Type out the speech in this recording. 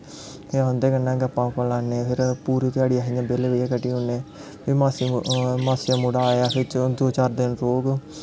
अस उं'दे कन्नै गप्पां गुप्पां लान्ने फिर पूरी ध्याड़ी अस इ'यां बेल्लै बैहिये कड्ढी ओड़ने मासी दा मुड़ा आया फिर दो चार दिन रौह्ग